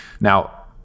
Now